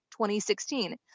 2016